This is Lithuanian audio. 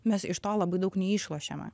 mes iš to labai daug neišlošiame